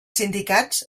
sindicats